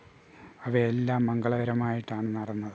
അത് എല്ലാം മംഗളകരമായിട്ടാണ് നടന്നത്